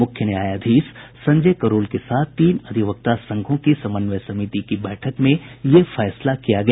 मुख्य न्यायाधीश संजय करोल के साथ तीन अधिवक्ता संघों की समन्वय समिति की बैठक में यह फैसला किया गया